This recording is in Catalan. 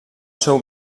seu